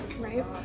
right